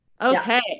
Okay